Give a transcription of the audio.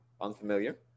unfamiliar